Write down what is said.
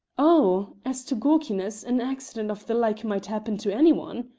oh! as to gawkiness, an accident of the like might happen to any one,